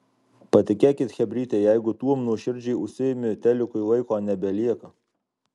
patikėkit chebryte jeigu tuom nuoširdžiai užsiimi telikui laiko nebelieka